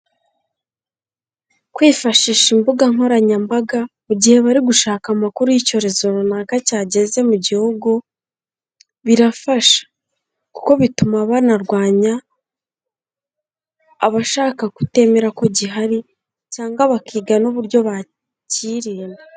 Kwifashisha imbuga nkoranyambaga mu gihe bari gushaka amakuru y'icyorezo runaka cyageze mu gihugu, birafasha. Kuko bituma banarwanya abashaka kutemera ko gihari cyangwa bakiga n'uburyo bacyirinda.